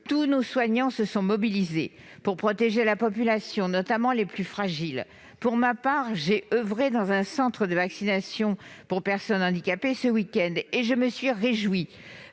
Tous nos soignants se sont mobilisés pour protéger la population, et parmi elle les personnes les plus fragiles. Pour ma part, j'ai oeuvré dans un centre de vaccination pour personnes handicapées, le week-end dernier ; et je me suis réjouie